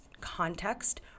context